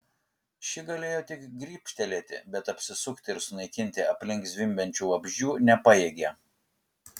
ši galėjo tik grybštelėti bet apsisukti ir sunaikinti aplink zvimbiančių vabzdžių nepajėgė